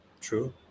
true